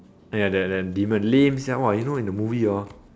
ya that that demon lame sia !wah! you know in the movie hor